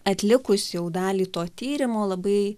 atlikus jau dalį to tyrimo labai